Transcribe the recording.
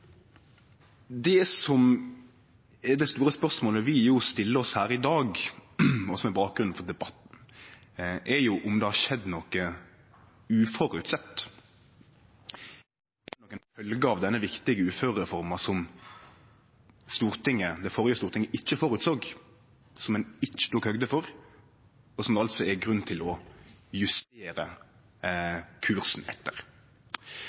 Det store spørsmålet vi stiller oss her i dag, og som er bakgrunnen for debatten, er om det har skjedd noko uventa som følgje av den viktige uførereforma, som det førre stortinget ikkje såg føre seg, og som ein ikkje tok høgd for, men som det er grunn til å justere kursen etter.